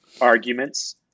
arguments